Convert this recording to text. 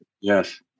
Yes